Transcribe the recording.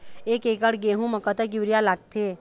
एक एकड़ गेहूं म कतक यूरिया लागथे?